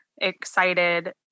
excited